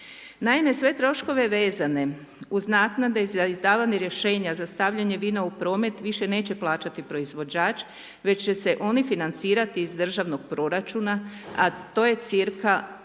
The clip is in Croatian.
Naime, sve troškove vezane uz naknade za izdavanje rješenja za stavljanje vina u promet više neće plaćati proizvođač već će se oni financirati iz državnog proračuna a to je cca.